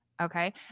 Okay